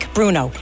Bruno